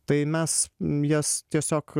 tai mes jas tiesiog